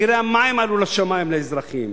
מחירי המים עלו לשמים לאזרחים,